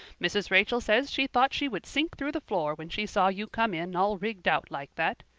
mrs. rachel says she thought she would sink through the floor when she saw you come in all rigged out like that.